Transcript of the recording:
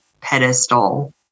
pedestal